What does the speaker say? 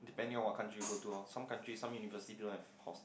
depending on what country you go to lor some country some university don't have hostel